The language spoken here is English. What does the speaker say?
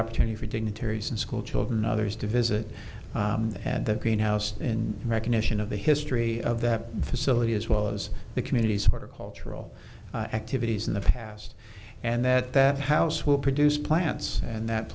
opportunity for dignitaries and schoolchildren others to visit and the greenhouse in recognition of the history of that facility as well as the community sort of cultural activities in the past and that that house will produce plants and that